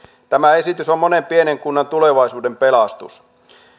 tämä esitys on monen pienen kunnan tulevaisuuden pelastus